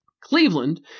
Cleveland